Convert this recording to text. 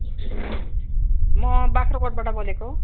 म बाख्राकोटबाट बोलेको